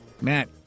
Matt